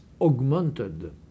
augmented